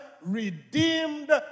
redeemed